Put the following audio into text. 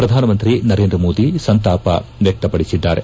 ಪ್ರಧಾನಮಂತ್ರಿ ನರೇಂದ್ರಮೋದಿ ಸಂತಾಪ ವ್ಯಕ್ಷಪಡಿಸಿದ್ದಾರೆ